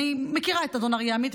אני מכירה את אדון אריה עמית,